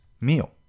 meal